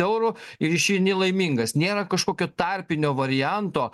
eurų ir išeini laimingas nėra kažkokio tarpinio varianto